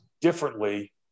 differently